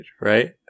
right